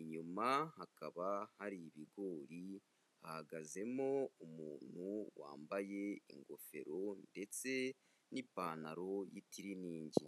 inyuma hakaba hari ibigori, hahagazemo umuntu wambaye ingofero ndetse n'ipantaro y'itiriningi.